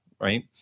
right